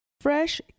Fresh